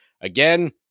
Again